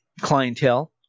clientele